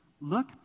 Look